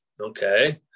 okay